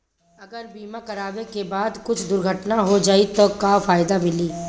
अगर बीमा करावे के बाद कुछ दुर्घटना हो जाई त का फायदा मिली?